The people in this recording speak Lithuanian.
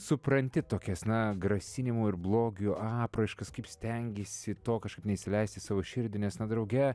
supranti tokias na grasinimų ir blogių apraiškas kaip stengiesi to kažkaip neįsileist į savo širdį nes na drauge